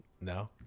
No